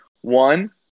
one